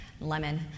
lemon